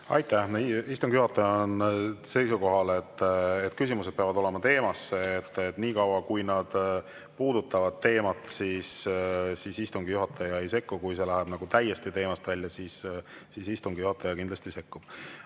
Aitäh! Istungi juhataja on seisukohal, et küsimused peavad olema teema kohta. Niikaua, kui need puudutavad teemat, istungi juhataja ei sekku. Kui need lähevad täiesti teemast välja, siis istungi juhataja kindlasti sekkub.